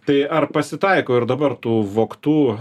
tai ar pasitaiko ir dabar tų vogtų